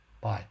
Bye